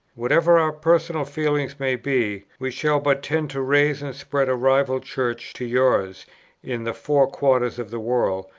whatever our personal feelings may be, we shall but tend to raise and spread a rival church to yours in the four quarters of the world,